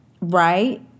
Right